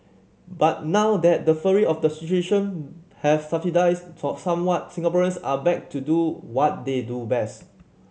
but now that the fury of the situation have subsided saw somewhat Singaporeans are back to do what they do best